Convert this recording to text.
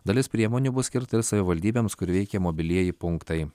dalis priemonių bus skirta ir savivaldybėms kur veikia mobilieji punktai